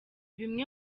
bimwe